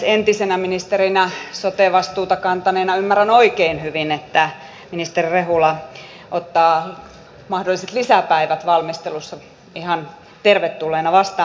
entisenä ministerinä sote vastuuta kantaneena ymmärrän oikein hyvin että ministeri rehula ottaa mahdolliset lisäpäivät valmistelussa ihan tervetulleina vastaan